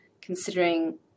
considering